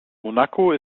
monaco